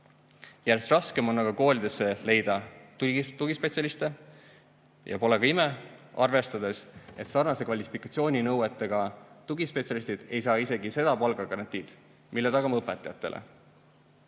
Järjest raskem on aga koolidesse leida tugispetsialiste – ja pole ka ime, arvestades, et sarnaste kvalifikatsiooninõuetega tugispetsialistid ei saa isegi seda palgagarantiid, mille tagame õpetajatele.